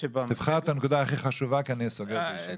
תבחר את הנקודה הכי חשובה כי אני סוגר את הישיבה.